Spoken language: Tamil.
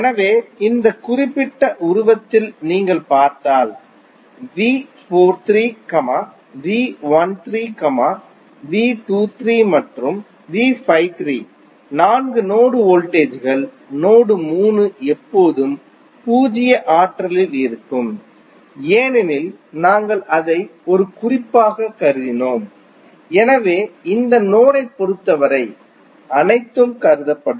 எனவே இந்த குறிப்பிட்ட உருவத்தில் நீங்கள் பார்த்தால் V43 V13 V23 மற்றும் V53 நான்கு நோடு வோல்டேஜ் கள் நோடு 3 எப்போதும் பூஜ்ஜிய ஆற்றலில் இருக்கும் ஏனெனில் நாங்கள் அதை ஒரு குறிப்பாகக் கருதினோம் எனவே இந்த நோடைப் பொறுத்தவரை அனைத்தும் கருதப்படும்